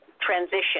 transition